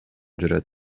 жүрөт